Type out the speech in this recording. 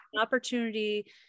opportunity